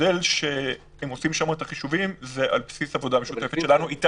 המודל שהם עושים שם את החישובים הוא על בסיס עבודה משותפת איתנו.